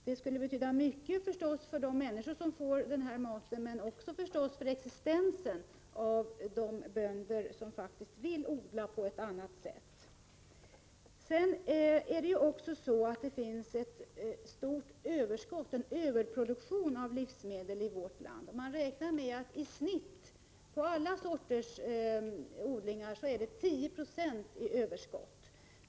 Det skulle förstås betyda mycket för de människor som får denna mat, men också för de bönder som faktiskt vill odla på ett annat sätt än på det traditionella. Det finns ett stort överskott och en betydande överproduktion av livsmedel i vårt län. Man räknar med att det i snitt, på all sorts odlingar, är ett överskott på 10 20.